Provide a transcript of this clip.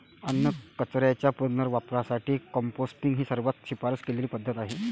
अन्नकचऱ्याच्या पुनर्वापरासाठी कंपोस्टिंग ही सर्वात शिफारस केलेली पद्धत आहे